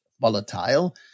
volatile